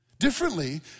Differently